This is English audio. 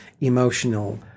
emotional